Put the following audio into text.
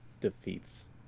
defeats